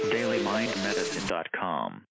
DailyMindMedicine.com